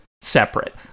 separate